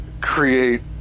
create